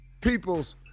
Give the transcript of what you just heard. People's